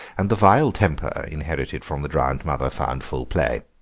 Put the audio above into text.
and the vile temper, inherited from the drowned mother, found full play.